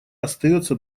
остается